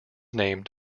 named